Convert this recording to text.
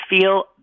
feel